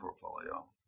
portfolio